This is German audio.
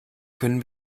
können